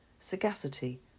sagacity